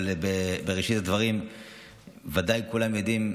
אבל בראשית הדברים ודאי כולם יודעים,